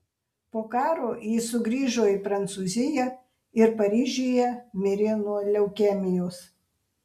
po karo ji sugrįžo į prancūziją ir paryžiuje mirė nuo leukemijos